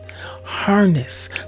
harness